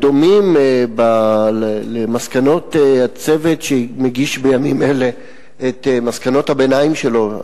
דומים למסקנות הצוות שמגיש בימים אלה את מסקנות הביניים שלו,